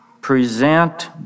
Present